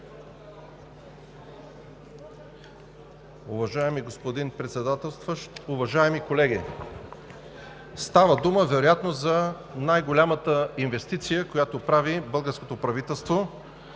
Уважаеми господин Председател, уважаеми колеги! Става дума вероятно за най-голямата инвестиция, която прави българското правителство,